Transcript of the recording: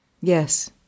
Yes